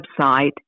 website